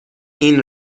این